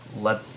let